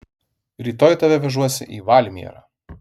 rytoj tave vežuosi į valmierą